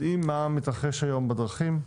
יודעים מה מתרחש היום בדרכים.